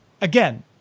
Again